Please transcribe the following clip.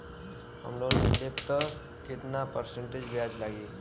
हम लोन लेब त कितना परसेंट ब्याज लागी?